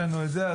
אין לנו את זה.